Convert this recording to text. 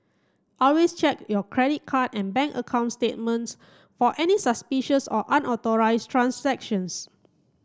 always check your credit card and bank account statements for any suspicious or unauthorised transactions